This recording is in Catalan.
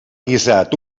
guisat